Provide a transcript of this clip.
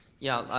yeah,